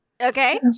Okay